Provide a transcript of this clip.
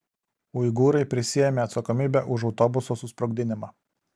uigūrai prisiėmė atsakomybę už autobuso susprogdinimą